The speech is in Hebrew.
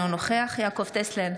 אינו נוכח יעקב טסלר,